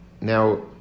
Now